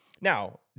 Now